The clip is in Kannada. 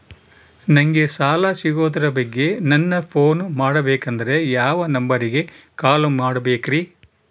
ನಂಗೆ ಸಾಲ ಸಿಗೋದರ ಬಗ್ಗೆ ನನ್ನ ಪೋನ್ ಮಾಡಬೇಕಂದರೆ ಯಾವ ನಂಬರಿಗೆ ಕಾಲ್ ಮಾಡಬೇಕ್ರಿ?